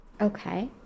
Okay